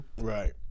Right